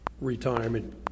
retirement